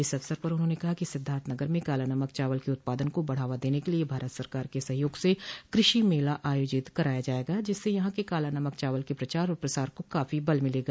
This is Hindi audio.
इस अवसर पर उन्होंने कहा कि सिद्धार्थ नगर में काला नमक चावल के उत्पादन को बढ़ावा देने के लिये भारत सरकार के सहयोग से कृषि मेला आयोजित कराया जायेगा जिससे यहां के काला नमक चावल के प्रचार और प्रसार को काफी बल मिलेगा